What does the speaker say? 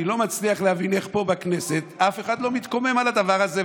אני לא מצליח להבין איך פה בכנסת אף אחד לא מתקומם על הדבר הזה,